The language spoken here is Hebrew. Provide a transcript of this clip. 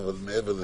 אבל לא מעבר לזה.